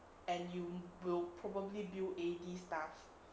and you will probably build A_D stuff